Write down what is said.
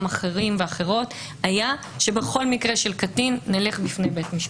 אחרים ואחרות היה שבכל מקרה של קטין נלך בפני בית משפט.